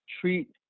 treat